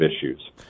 issues